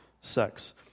sex